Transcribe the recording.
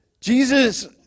Jesus